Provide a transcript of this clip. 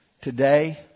Today